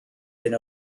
hyn